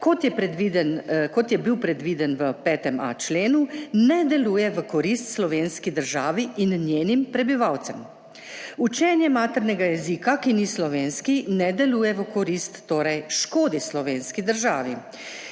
kot je bil predviden v 5.a členu, ne deluje v korist slovenski državi in njenim prebivalcem. Učenje maternega jezika, ki ni slovenski, ne deluje v korist, torej škodi slovenski državi